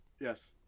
Yes